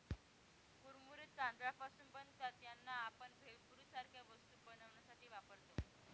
कुरमुरे तांदळापासून बनतात त्यांना, आपण भेळपुरी सारख्या वस्तू बनवण्यासाठी वापरतो